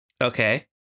okay